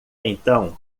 então